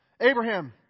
Abraham